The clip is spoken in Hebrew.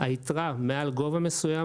היתרה מעל גובה מסוים,